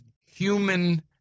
human